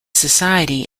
society